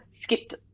skipped